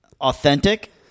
Authentic